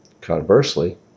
Conversely